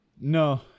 No